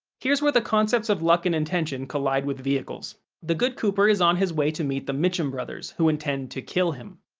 here's where the concepts of luck and intention collide with vehicles the good cooper is on his way to meet the mitchum brothers, who intend to kill him.